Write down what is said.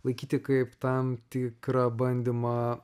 laikyti kaip tam tikrą bandymą